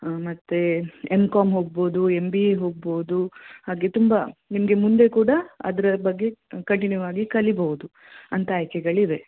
ಮತ್ತೆ M Com ಹೋಗ್ಬೋದು M B A ಹೋಗ್ಬೋದು ಹಾಗೆ ತುಂಬ ನಿಮಗೆ ಮುಂದೆ ಕೂಡ ಅದರ ಬಗ್ಗೆ ಕಂಟಿನ್ಯೂ ಆಗಿ ಕಲಿಬೋದು ಅಂಥ ಆಯ್ಕೆಗಳಿವೆ